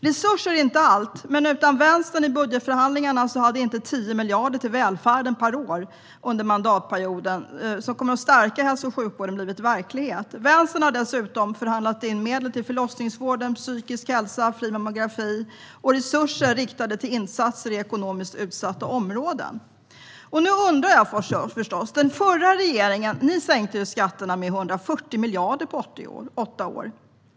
Resurser är inte allt, men utan Vänstern i budgetförhandlingarna hade inte 10 miljarder till välfärden per år under mandatperioden blivit verklighet. Dessa kommer att stärka hälso och sjukvården. Vänstern har dessutom förhandlat fram medel till förlossningsvård, psykisk hälsa och fri mammografi samt resurser riktade till insatser i ekonomiskt utsatta områden. Nu undrar jag förstås en sak. Ni i den förra regeringen sänkte skatterna med 140 miljarder på åtta år.